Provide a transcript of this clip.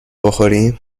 بخوریم